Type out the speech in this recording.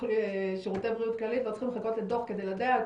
אבל שירותי בריאות כללית לא צריכים לחכות לדוח שגם